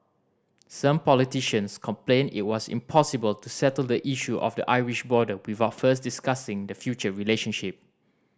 some politicians complained it was impossible to settle the issue of the Irish border without first discussing the future relationship